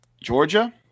Georgia